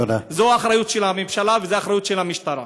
זו אחריות של הממשלה ושל המשטרה.